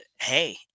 Hey